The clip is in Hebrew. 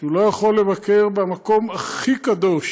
שהם לא יכולים לבקר במקום הכי קדוש